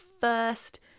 first